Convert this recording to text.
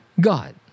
God